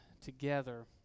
together